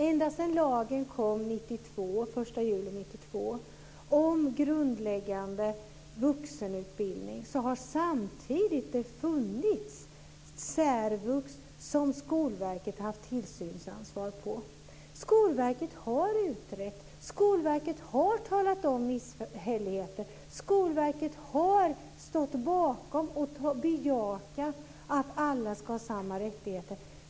Ända sedan lagen om grundläggande vuxenutbildning kom den 1 juli 1992 har det samtidigt funnits särvux som Skolverket har haft tillsynsansvar för. Skolverket och utrett och talat om misshälligheter. Skolverket har stått bakom och bejakat att alla ska ha samma rättigheter.